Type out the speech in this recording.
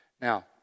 Now